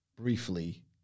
briefly